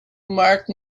mark